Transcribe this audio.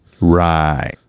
Right